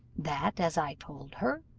that, as i told her,